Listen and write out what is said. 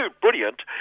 brilliant